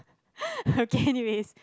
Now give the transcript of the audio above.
okay anyways